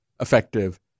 effective